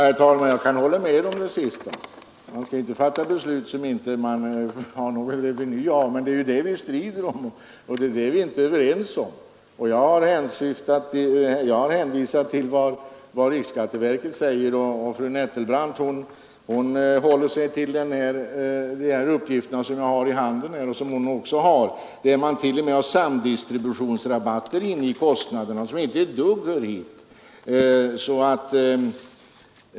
Herr talman! Jag kan hålla med om det sista. Man skall inte fatta beslut som man inte har någon reveny av, men vi har ju olika uppfattningar om huruvida det var ett bra beslut eller ej. Jag har hänvisat till vad riksskatteverket säger, och fru Nettelbrandt har hänvisat till de uppgifter som jag har här i min hand. Där har man t.o.m. tagit upp samdistributionsrabatter i kostnaderna, som inte ett dugg hör hit.